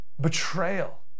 betrayal